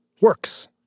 works